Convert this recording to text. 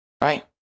Right